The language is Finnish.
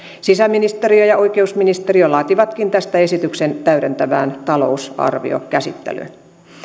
sisäministeriö ja oikeusministeriö laativatkin tästä esityksen täydentävään talousarviokäsittelyyn